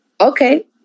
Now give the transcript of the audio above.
Okay